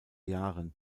jahren